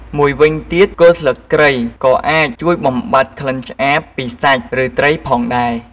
មួយវិញទៀតគល់ស្លឹកគ្រៃក៏អាចជួយបំបាត់ក្លិនឆ្អាបពីសាច់ ឬត្រីផងដែរ។